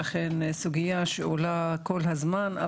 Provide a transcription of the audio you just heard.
אכן סוגיה שעולה כל הזמן,